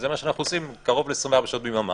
וזה מה שאנחנו עושים קרוב ל-24 שעות ביממה.